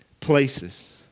places